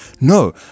No